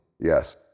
Yes